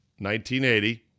1980